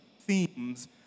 themes